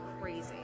crazy